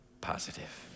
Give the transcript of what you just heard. positive